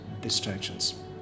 distractions